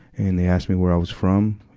and they asked me where i was from.